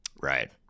Right